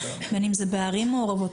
בין אם זה בערים מעורבות,